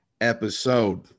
episode